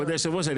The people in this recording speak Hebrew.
כבוד היושב-ראש,